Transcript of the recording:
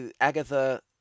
Agatha